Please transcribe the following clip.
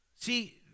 See